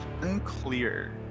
unclear